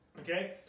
Okay